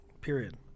Period